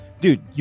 Dude